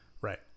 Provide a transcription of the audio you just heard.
right